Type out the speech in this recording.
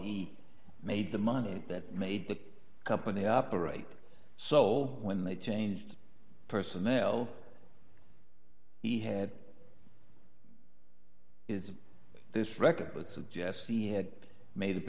he made the money that made the company operate so when they changed personnel he had is this record would suggest he had made up